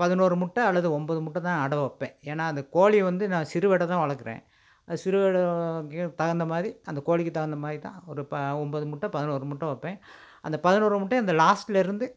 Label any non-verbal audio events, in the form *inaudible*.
பதினோரு முட்டை அல்லது ஒன்பது முட்டை தான் அடை வைப்பேன் ஏன்னா அந்த கோழி வந்து நான் சிறுவேடை தான் வளர்க்குறேன் அந்த சிறுவேடைக்கு *unintelligible* தகுந்த மாதிரி அந்த கோழிக்குத் தகுந்த மாதிரி தான் ஒரு பா ஒன்பது முட்டை பதினோரு முட்டை வைப்பேன் அந்த பதினோரு முட்டை இந்த லாஸ்ட்டில் இருந்து